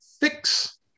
fix